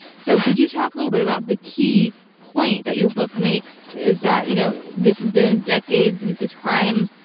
so could you talk a little bit about the key point that your book makes that you know this has been decades, and this crime,